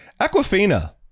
Aquafina